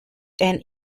and